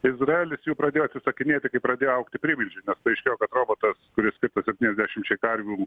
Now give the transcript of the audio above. izraelis jų pradėjo atsisakinėti kai pradėjo augti privaizdžiai nes paaiškėjo kad robotas kuris skirtas septyniasdešimčiai karvių